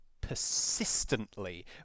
persistently